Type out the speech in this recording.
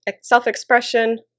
self-expression